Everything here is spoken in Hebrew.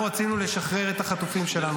אנחנו רצינו לשחרר את החטופים שלנו.